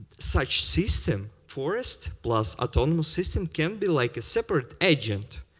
such system, forest plus a total system, can be like a separate agent,